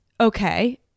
okay